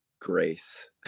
grace